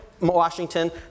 Washington